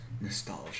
Nostalgia